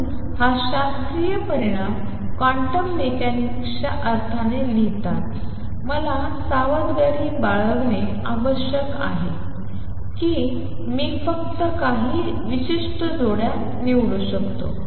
म्हणून हा शास्त्रीय परिणाम क्वांटम मेकॅनिक्सच्या अर्थाने लिहिताना मला सावधगिरी बाळगणे आवश्यक आहे की मी फक्त काही विशिष्ट जोड्या निवडू शकतो